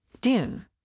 Dune